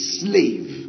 slave